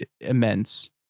immense